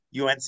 UNC